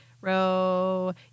Row